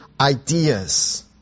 ideas